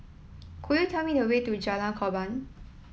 could you tell me the way to Jalan Korban